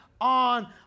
on